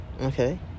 Okay